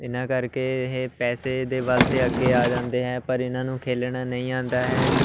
ਇਹਨਾਂ ਕਰਕੇ ਇਹ ਪੈਸੇ ਦੇ ਬਲ 'ਤੇ ਅੱਗੇ ਆ ਜਾਂਦੇ ਹੈ ਪਰ ਇਹਨਾਂ ਨੂੰ ਖੇਲਣਾ ਨਹੀਂ ਆਉਂਦਾ ਹੈ